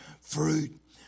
fruit